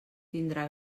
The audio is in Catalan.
tindrà